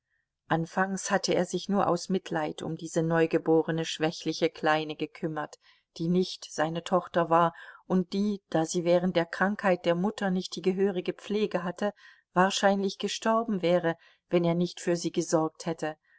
anfangs hatte er sich nur aus mitleid um diese neugeborene schwächliche kleine gekümmert die nicht seine tochter war und die da sie während der krankheit der mutter nicht die gehörige pflege hatte wahrscheinlich gestorben wäre wenn er nicht für sie gesorgt hätte